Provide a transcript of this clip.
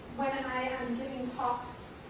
when i am giving talks,